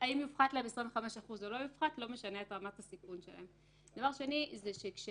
האם יופחתו להם 25% או לא יופחתו זה לא משנה את רמת הסיכון שלהם.